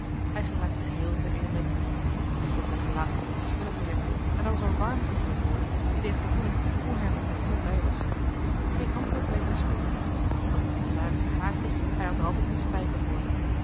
hij geraakte geheel in zijn element nu stond zijn gelaat niet onverschillig meer en er was een warmte in zijn woorden die deed gevoelen hoe hij er met zijn ziel bij was geen antwoord bleef hij schuldig had de secretaris een gaatje hij had er altijd een spijker voor